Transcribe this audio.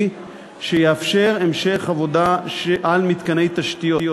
שיאפשר המשך עבודה על מתקני תשתיות.